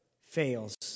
fails